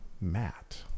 Matt